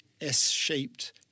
S-shaped